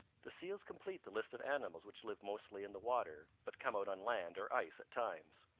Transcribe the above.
the seals complete the list of animals which live mostly in the water but come out on land or ice at times.